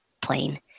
plane